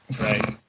Right